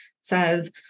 says